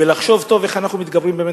ולחשוב טוב איך אנחנו מתגברים באמת